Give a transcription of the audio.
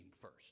first